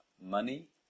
money